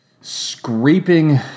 scraping